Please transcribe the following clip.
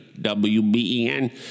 W-B-E-N